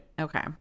Okay